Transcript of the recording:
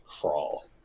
crawl